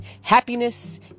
Happiness